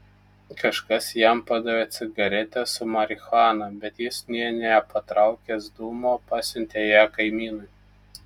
kažkas jam padavė cigaretę su marihuana bet jis nė nepatraukęs dūmo pasiuntė ją kaimynui